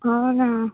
అవునా